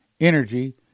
energy